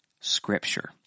scripture